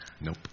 Nope